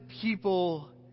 people